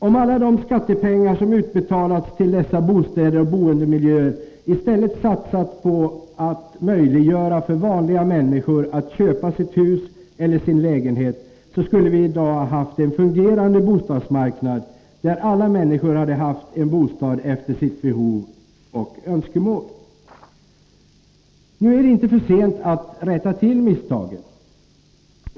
Om alla de skattepengar som utbetalats till dessa bostäder och boendemiljöer i stället satsats på att möjliggöra för vanliga människor att köpa sitt hus eller sin lägenhet, skulle vi i dag ha haft en fungerande bostadsmarknad, där alla människor hade haft en bostad efter sitt behov och önskemål. «Nu är det inte för sent att rätta till misstagen.